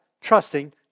trusting